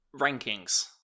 rankings